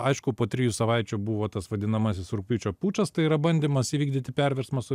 aišku po trijų savaičių buvo tas vadinamasis rugpjūčio pučas tai yra bandymas įvykdyti perversmą